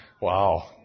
Wow